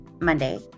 Monday